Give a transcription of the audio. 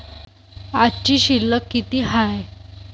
आजची शिल्लक किती हाय?